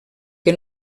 que